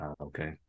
okay